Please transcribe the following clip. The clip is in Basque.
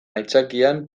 aitzakian